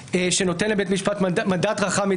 מבחינת הבקרה על בית משפט מול הבקרה על